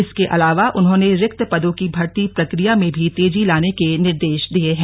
इसके अलावा उन्होंने रिक्त पदों की भर्ती प्रक्रिया में भी तेजी लाने के निर्देश दिये हैं